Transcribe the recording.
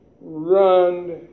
run